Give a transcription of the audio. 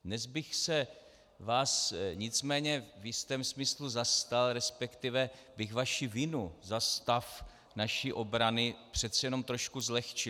Dnes bych se vás nicméně v jistém smyslu zastal, resp. bych vaši vinu za stav naší obrany přece jenom trochu zlehčil.